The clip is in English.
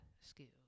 skills